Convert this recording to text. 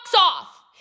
off